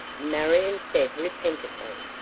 marion said repentantly,